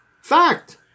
Fact